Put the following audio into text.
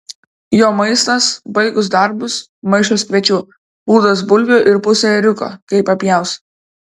jo maistas baigus darbus maišas kviečių pūdas bulvių ir pusė ėriuko kai papjaus